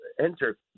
enter